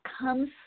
comes